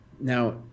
Now